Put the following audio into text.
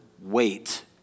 wait